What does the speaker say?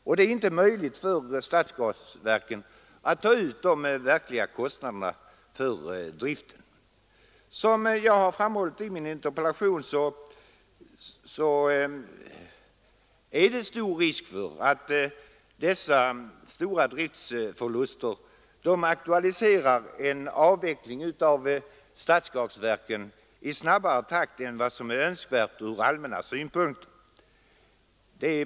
Det är i dag inte möjligt för stadsgasverken att ta ut de verkliga kostnaderna för driften. Som jag framhållit i min interpellation är det stor risk för att dessa stora driftsförluster kommer att aktualisera en avveckling av stadsgasverken i snabbare takt än vad som är önskvärt från allmänna synpunkter.